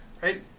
Right